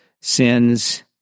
sins